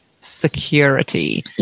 security